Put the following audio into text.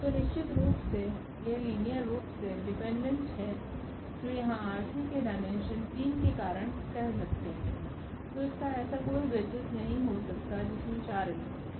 तो निश्चित रूप से यह लीनियर रूप से डिपेंडेंट है जो यहाँ R3 के डायमेंशन 3 के कारण कह सकते है तो इसका ऐसा कोई बेसिस नहीं हो सकता जिसमे 4 एलिमेंट हो